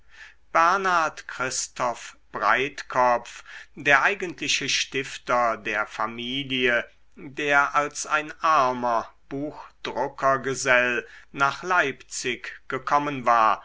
bernhard christoph breitkopf der eigentliche stifter der familie der als ein armer buchdruckergesell nach leipzig gekommen war